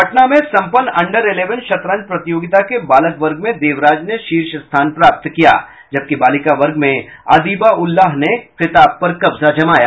पटना में संपन्न under eleven शतरंज प्रतियोगिता के बालक वर्ग में देवराज ने शीर्ष स्थान प्राप्त किया जबकि बालिका वर्ग में अदिबाउल्लाह ने खिताब पर कब्जा जमाया